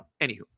anywho